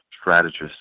strategist